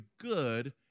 good